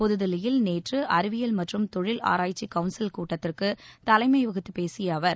புதுதில்லியில் நேற்று அறிவியல் மற்றும் தொழில் ஆராய்ச்சிக் கவுன்சில் கூட்டத்திற்கு தலைமை வகித்துப் பேசிய அவர்